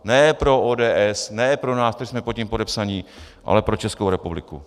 Ne pro ODS, ne pro nás, co jsme pod tím podepsaní, ale pro Českou republiku.